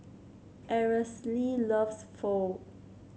Aracely loves Pho